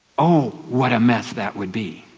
oh what a mess that would be!